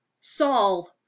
saul